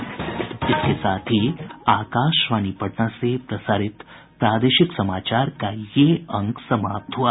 इसके साथ ही आकाशवाणी पटना से प्रसारित प्रादेशिक समाचार का ये अंक समाप्त हुआ